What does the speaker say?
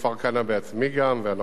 ואנחנו גם שם מטפלים.